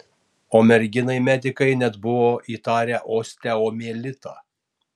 o merginai medikai net buvo įtarę osteomielitą